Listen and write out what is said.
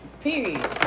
Period